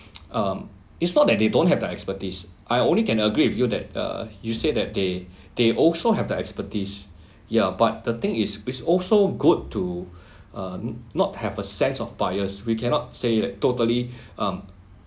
um it's not that they don't have the expertise I only can agree with you that uh you said that day they also have the expertise ya but the thing is it's also good to not have a sense of bias we cannot say like totally um